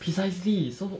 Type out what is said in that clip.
precisely so